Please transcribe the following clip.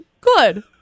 Good